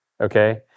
okay